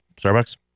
Starbucks